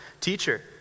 Teacher